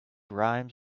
rhymes